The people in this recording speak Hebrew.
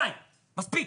די, מספיק.